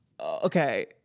Okay